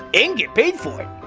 and get paid for it.